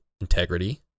integrity